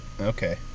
Okay